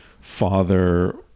father